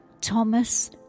Thomas